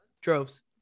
droves